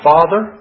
Father